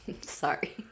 Sorry